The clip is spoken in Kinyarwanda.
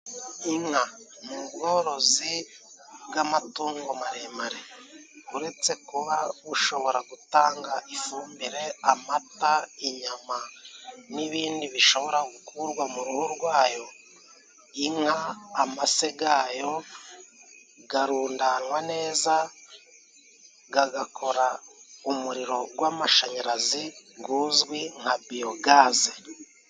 Inka ni ubworozi bw'amatungo maremare, uretse kuba bushobora gutanga ifumbire, amata, inyama n'ibindi bishobora gukorwa mu ruhu rwayo, inka amase gayo garundanwa neza gagakora umuriro gw'amashanyarazi guzwi nka biyogaze.